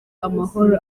amahoro